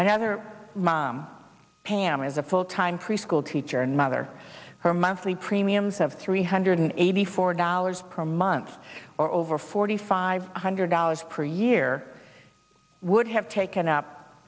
another mom pam is a full time preschool teacher and mother her monthly premiums of three hundred eighty four dollars per month or over forty five hundred dollars per year would have taken up